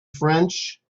french